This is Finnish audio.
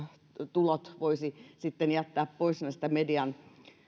tulot voisi sitten jättää pois